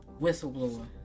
whistleblower